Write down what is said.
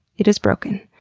it is broken.